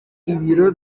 ibiro